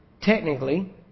technically